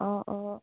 অঁ অঁ